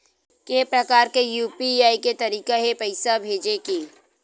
के प्रकार के यू.पी.आई के तरीका हे पईसा भेजे के?